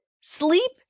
sleep